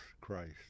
Christ